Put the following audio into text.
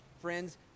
friends